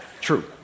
true